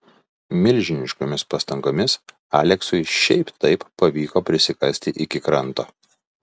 milžiniškomis pastangomis aleksui šiaip taip pavyko prisikasti iki kranto